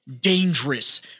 dangerous